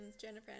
Jennifer